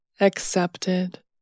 accepted